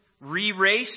RE-RACE